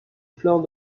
flanc